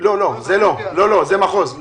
לא, לא, זה מחוז.